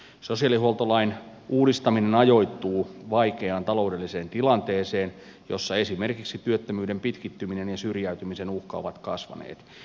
sosiaalihuoltolain uudistaminen ajoittuu vaikeaan taloudelliseen tilanteeseen jossa esimerkiksi työttömyyden pitkittyminen ja syrjäytymisen uhka ovat kasvaneet